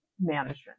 management